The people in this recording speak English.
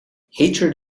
hatred